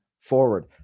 forward